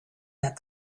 that